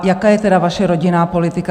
Jaká je tedy vaše rodinná politika?